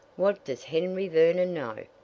what does henry vernon know?